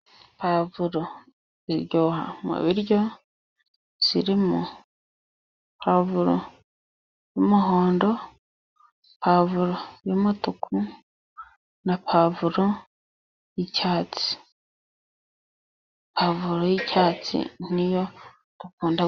Pavuro iryoha mu biryo zirimo: pavuro y'umuhondo, pavuro y'umutuku na pavuro y'icyatsi ,pavuro y'icyatsi niyo dukunda…..